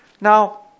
Now